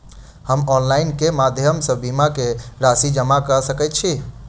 हम ऑनलाइन केँ माध्यम सँ बीमा केँ राशि जमा कऽ सकैत छी?